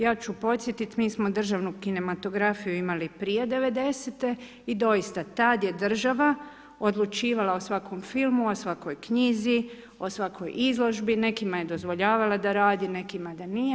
Ja ću podsjetiti, mi smo državnu kinematografiju imali prije '90. i dosita tada je država odlučivala o svakom filmu, o svakoj knjizi, o svakoj izložbi, nekima je dozvoljavala da radi, nekima da nije.